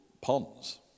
ponds